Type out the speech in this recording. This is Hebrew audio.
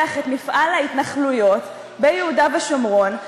את מפעל ההתנחלויות ביהודה ושומרון,